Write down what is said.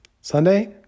Sunday